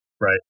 right